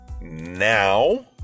now